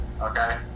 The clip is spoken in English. okay